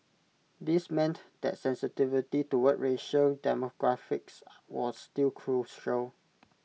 this meant that sensitivity toward racial demographics was still crucial